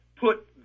put